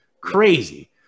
crazy